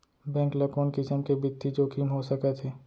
Bank ल कोन किसम के बित्तीय जोखिम हो सकत हे?